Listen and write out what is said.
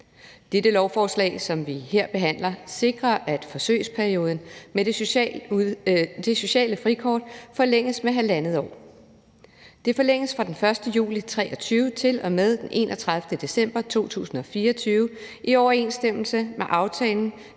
Det lovforslag, som vi her behandler, sikrer, at forsøgsperioden med det sociale frikort forlænges med 1½ år. Den forlænges fra den 1. juli 2023 til og med den 31. december 2024 i overensstemmelse med aftalen,